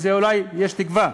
כי אולי יש תקווה.